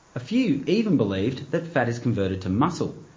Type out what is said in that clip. a few even believed that fat is converted to muscle,